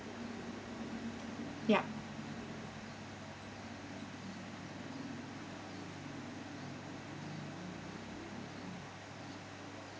yup